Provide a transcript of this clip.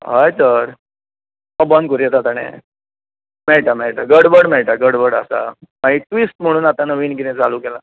हय तर तो बंद करूं येता ताणे मेळटा मेळटा गडबड मेळटा गडबड आसा मागीर टिव्सिट म्हणून आतां कितें नवीन चालू केलां